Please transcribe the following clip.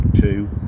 Two